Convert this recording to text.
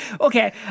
Okay